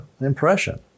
impression